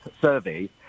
survey